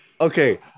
Okay